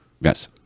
Yes